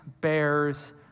bears